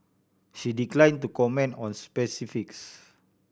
she declined to comment on specifics